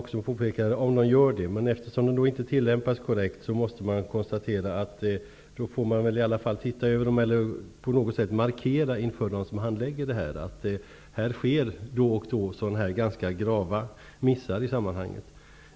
Herr talman! Eftersom reglerna inte tillämpas korrekt måste man konstatera att då bör man väl i alla fall se över dem eller på något sätt markera inför dem som handlägger ärendena att det då och då sker ganska grava missar i sammanhanget.